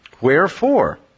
Wherefore